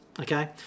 Okay